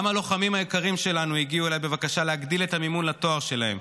גם הלוחמים היקרים שלנו הגיעו אליי בבקשה להגדיל את המימון לתואר שלהם,